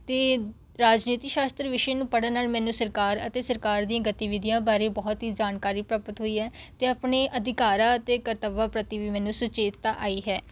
ਅਤੇ ਰਾਜਨੀਤੀ ਸ਼ਾਸ਼ਤਰ ਵਿਸ਼ੇ ਨੂੰ ਪੜ੍ਹਨ ਨਾਲ ਮੈਨੂੰ ਸਰਕਾਰ ਅਤੇ ਸਰਕਾਰ ਦੀਆਂ ਗਤੀਵਿਧੀਆ ਬਾਰੇ ਬਹੁਤ ਹੀ ਜਾਣਕਾਰੀ ਪ੍ਰਾਪਤ ਹੋਈ ਹੈ ਅਤੇ ਆਪਣੇ ਅਧਿਕਾਰਾ ਅਤੇ ਕਰਤੱਵਾਂ ਪ੍ਰਤੀ ਵੀ ਮੈਨੂੰ ਸੁਚੇਤਤਾ ਆਈ ਹੈ